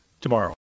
tomorrow